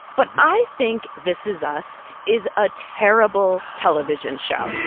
but i think this is us is a terrible television show